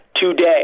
Today